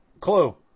clue